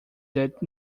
that